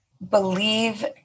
believe